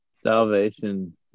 Salvation